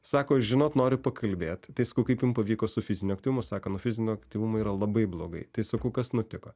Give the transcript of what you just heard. sako žinot noriu pakalbėt tai sakau kaip jum pavyko su fiziniu aktyvumu sako nuo fizinio aktyvumo yra labai blogai tai sakau kas nutiko